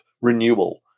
renewal